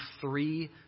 three